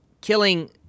killing